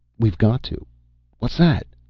we've got to what's that?